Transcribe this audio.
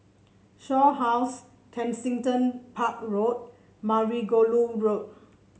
Shaw House Kensington Park Road Margoliouth Road